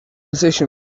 position